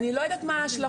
אני לא יודעת מה ההשלכות,